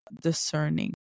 discerning